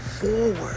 Forward